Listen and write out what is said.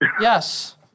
Yes